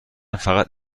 فقط